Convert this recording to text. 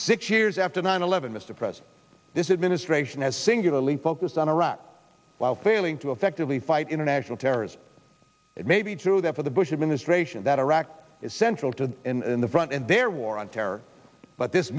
six years after nine eleven mr press this administration has singularly focused on iraq while failing to effectively fight international terrorism it may be true that for the bush administration that iraq is central to the front and their war on terror but this